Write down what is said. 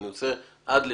אני רוצה עד לשם.